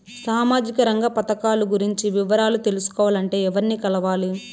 సామాజిక రంగ పథకాలు గురించి వివరాలు తెలుసుకోవాలంటే ఎవర్ని కలవాలి?